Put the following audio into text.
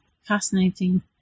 fascinating